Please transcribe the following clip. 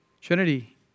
Trinity